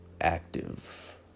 Active